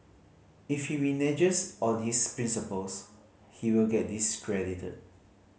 if he reneges on his principles he will get discredited